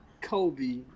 Kobe